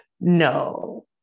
no